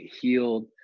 healed